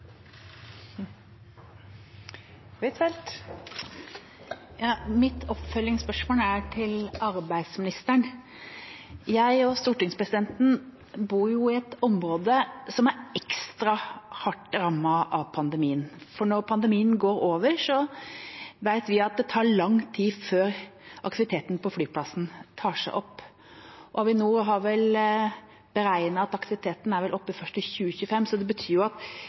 Mitt oppfølgingsspørsmål er til arbeidsministeren. Stortingspresidenten og jeg bor i et område som er ekstra hardt rammet av pandemien. Når pandemien går over, vet vi at det tar lang tid før aktiviteten på flyplassen tar seg opp. Avinor har vel beregnet at aktiviteten er oppe først i 2025. Det betyr at